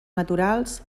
naturals